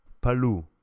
Palu